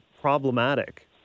problematic